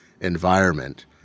environment